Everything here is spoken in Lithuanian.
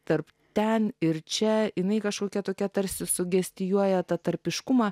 tarp ten ir čia jinai kažkokia tokia tarsi sugestijuoja tą tarpiškumą